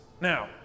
Now